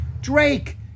Drake